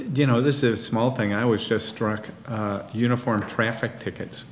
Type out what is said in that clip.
you know this is a small thing i was just struck a uniform traffic ticket